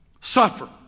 suffer